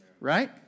right